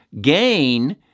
gain